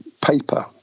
paper